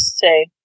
say